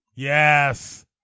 Yes